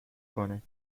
کنه